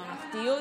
בממלכתיות.